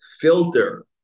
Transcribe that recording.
filter